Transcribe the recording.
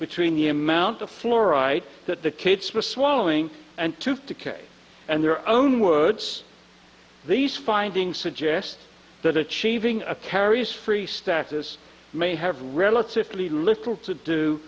between the amount of fluoride that the kids were swallowing and tooth decay and their own words these findings suggest that achieving a carious free status may have relatively little to do